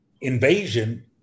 invasion